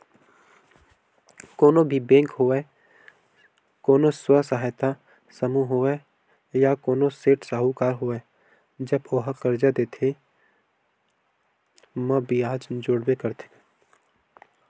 कोनो भी बेंक होवय कोनो स्व सहायता समूह होवय या कोनो सेठ साहूकार होवय जब ओहा करजा देथे म बियाज जोड़बे करथे